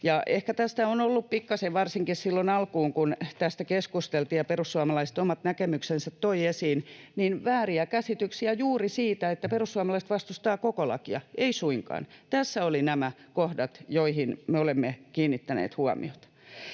Ehkä tässä on ollut pikkasen — varsinkin silloin alkuun, kun tästä keskusteltiin ja perussuomalaiset omat näkemyksensä toivat esiin — vääriä käsityksiä juuri siitä, että perussuomalaiset vastustavat koko lakia — ei suinkaan. Tässä olivat nämä kohdat, joihin me olemme kiinnittäneet huomiota.